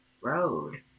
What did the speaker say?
road